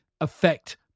affect